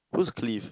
who's Clive